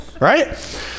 right